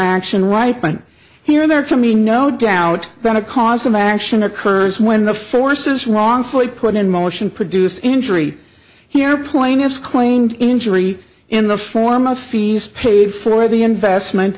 action ripen here they're coming no doubt then a cause of action occurs when the forces wrongfully put in motion produce injury here plaintiffs claimed injury in the form of fees paid for the investment